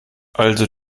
also